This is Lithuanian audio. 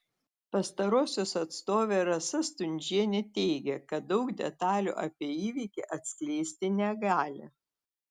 pastarosios atstovė rasa stundžienė teigė kad daug detalių apie įvykį atskleisti negali